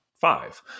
five